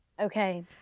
Okay